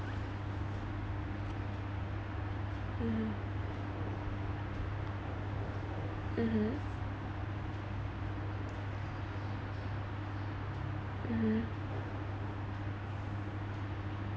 mmhmm mmhmm mmhmm